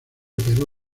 perú